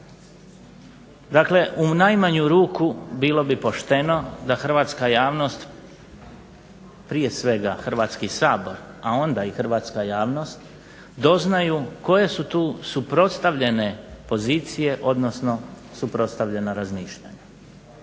Dakle, u najmanju ruku bilo bi pošteno da hrvatska javnost, prije svega Hrvatski sabor a onda i hrvatska javnost, doznaju koje su tu suprotstavljene pozicije odnosno suprotstavljena razmišljanja.